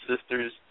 sisters